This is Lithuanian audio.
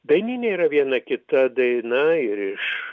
dainyne yra viena kita daina ir iš